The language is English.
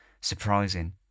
surprising